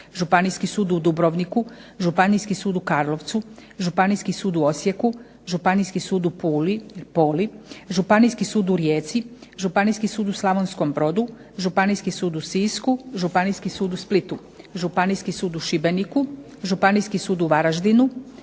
Županijski sud u Dubrovniku, Županijski sud u Karlovcu, Županijski sud u Osijeku, Županijski sud u Puli, Županijski sud u Rijeci, Županijski sud u Slavonskom Brodu, Županijski sud u Sisku, Županijski sud u Splitu, Županijski sud u Šibeniku, Županijski sud u Varaždinu,